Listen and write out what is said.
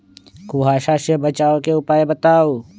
कुहासा से बचाव के उपाय बताऊ?